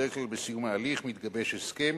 בדרך כלל בסיום ההליך מתגבש הסכם